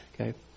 Okay